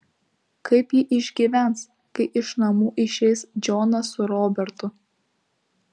kaip ji išgyvens kai iš namų išeis džonas su robertu